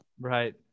Right